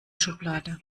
schublade